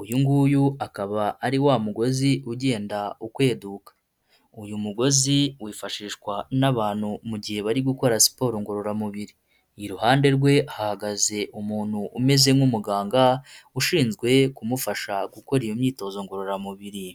uyu nguyu akaba ari wa mugozi ugenda ukweduka, uyu mugozi wifashishwa n'abantu mu gihe bari gukora siporo ngororamubiri, iruhande rwe hahagaze umuntu umeze nk'umuganga ushinzwe kumufasha gukora iyo myitozo ngororamubiri.